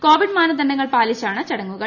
Covid മാനദണ്ഡങ്ങൾ പാലിച്ചാണ് ചടങ്ങുകൾ